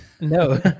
No